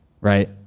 right